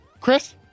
Chris